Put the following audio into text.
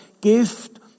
gift